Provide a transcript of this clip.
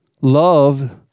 Love